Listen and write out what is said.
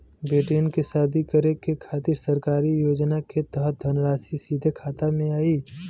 बेटियन के शादी करे के खातिर सरकारी योजना के तहत धनराशि सीधे खाता मे आई?